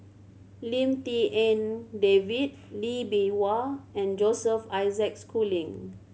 Lim Tik En David Lee Bee Wah and Joseph Isaac Schooling